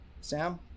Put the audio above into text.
Sam